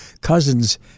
cousins